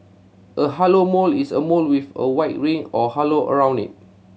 a halo mole is a mole with a white ring or halo around it